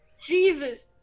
Jesus